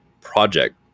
Project